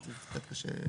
אני לוקח את הדוגמה שלך.